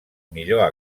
millor